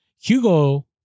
Hugo